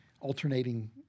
alternating